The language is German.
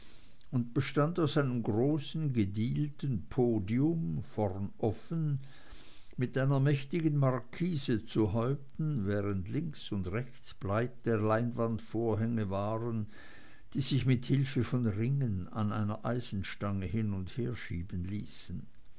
und bestand aus einem großen gedielten podium vorn offen mit einer mächtigen markise zu häupten während links und rechts breite leinwandvorhänge waren die sich mit hilfe von ringen an einer eisenstange hin und her schieben ließen